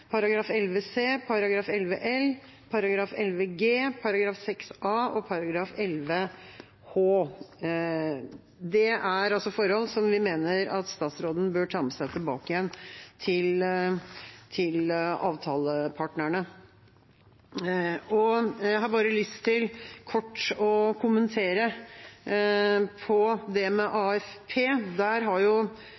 §§ 11 c, 11 l, 11 g, 6 a og 11 h. Dette er forhold som vi mener at statsråden bør ta med seg tilbake igjen til avtalepartene. Jeg har bare lyst til kort å kommentere det med